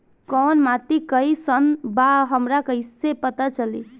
कोउन माटी कई सन बा हमरा कई से पता चली?